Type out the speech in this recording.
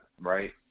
right